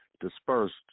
dispersed